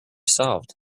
solved